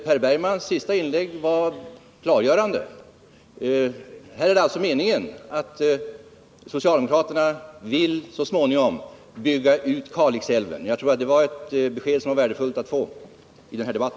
Per Bergmans sista inlägg var klargörande på en punkt: socialdemokraterna menar alltså att Kalixälven så småningom skall byggas ut. Det var ett värdefullt besked i denna debatt.